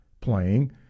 playing